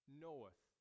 knoweth